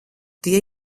tie